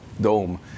dome